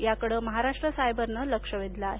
याकड महाराष्ट्र सायबरन लक्ष वेधलं आहे